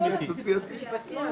(הישיבה נפסקה בשעה 10:41 ונתחדשה בשעה